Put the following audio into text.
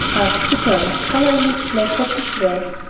asked the girl, coloring with pleasure at his words.